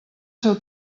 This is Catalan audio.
seu